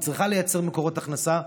היא צריכה לייצר מקורות הכנסה.